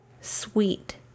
sweet